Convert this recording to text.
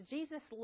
Jesus